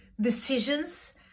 decisions